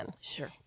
Sure